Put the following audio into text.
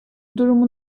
durumu